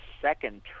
second